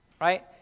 Right